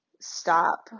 stop